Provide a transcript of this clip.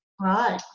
Right